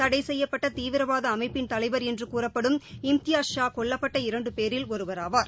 தடைசெய்யப்பட்டதீவிரவாதஅமைப்பிள் தலைவா் என்றுகூறப்படும் இம்தியாஸ் ஷா கொல்லப்பட்ட இரண்டுபேரில் ஒருவராவார்